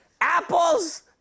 Apples